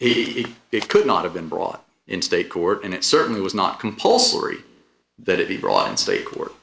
he could not have been brought in state court and it certainly was not compulsory that it be brought in state court